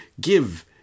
give